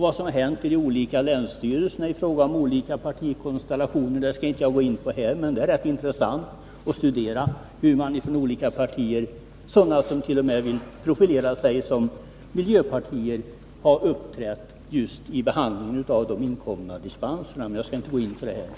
Vad som har hänt i de olika länsstyrelserna i fråga om olika partikonstellationer skall jag inte gå in på här, men det är rätt intressant att studera hur man från olika partier —t.o.m. sådana som vill profilera sig som miljöpartier —- har uppträtt just vid behandlingen av de inkomna dispensansökningarna.